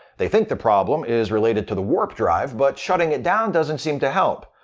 they think the problem is related to the warp drive, but shutting it down doesn't seem to help.